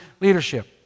Leadership